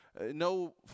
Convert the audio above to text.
no